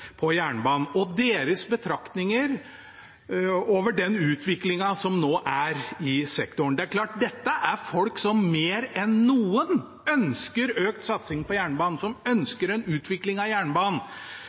på jernbanen og deres betraktninger om den utviklingen som nå er i sektoren. Det er klart: Dette er folk som mer enn noen ønsker økt satsing på jernbanen, som